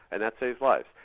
and that saves lives,